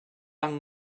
alban